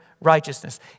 righteousness